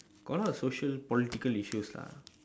got a lot of social political issues lah